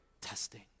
testing